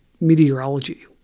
meteorology